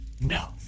No